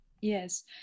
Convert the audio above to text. Yes